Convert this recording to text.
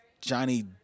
Johnny